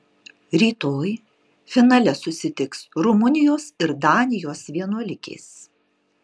rytoj finale susitiks rumunijos ir danijos vienuolikės